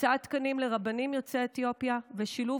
הקצאת תקנים לרבנים יוצאי אתיופיה ושילוב